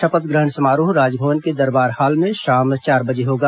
शपथ ग्रहण समारोह राजभवन के दरबार हाल में शाम चार बजे होगा